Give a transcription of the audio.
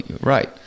right